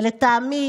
ולטעמי